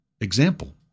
example